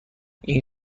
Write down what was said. این